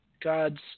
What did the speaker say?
God's